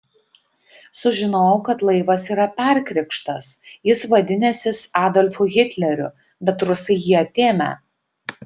sužinojau kad laivas yra perkrikštas jis vadinęsis adolfu hitleriu bet rusai jį atėmę